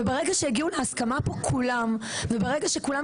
וברגע שהגיעו להסכמה פה כולם וברגע שכולם